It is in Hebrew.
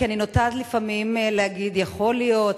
כי אני נוטה לפעמים להגיד: יכול להיות,